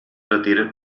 retir